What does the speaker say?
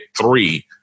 three